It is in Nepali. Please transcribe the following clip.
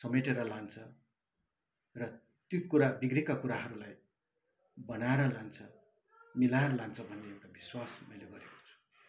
समेटेर लान्छ र ती कुरा बिग्रेका कुराहरूलाई बनाएर लान्छ मिलाएर लान्छ भन्ने एउटा विश्वास मैले गरेको छु